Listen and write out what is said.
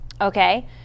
Okay